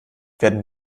werden